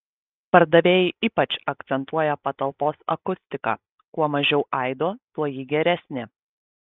pardavėjai ypač akcentuoja patalpos akustiką kuo mažiau aido tuo ji geresnė